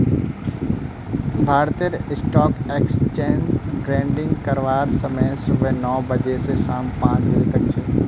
भारतत stock exchange trading करवार समय सुबह नौ बजे स शाम पांच बजे तक छेक